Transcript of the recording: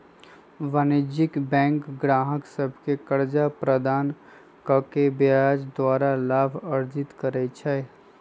वाणिज्यिक बैंक गाहक सभके कर्जा प्रदान कऽ के ब्याज द्वारा लाभ अर्जित करइ छइ